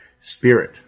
spirit